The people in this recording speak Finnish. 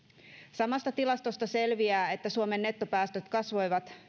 samasta tilastosta selviää että suomen nettopäästöt kasvoivat